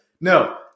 no